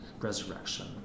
resurrection